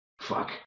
Fuck